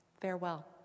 Farewell